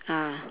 ah